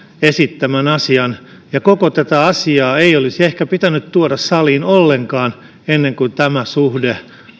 esittämän asian ja koko tätä asiaa ei olisi ehkä pitänyt tuoda saliin ollenkaan ennen kuin tämä suhde